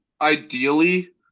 ideally